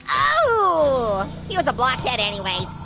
oh, he was a blockhead, anyways